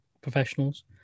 professionals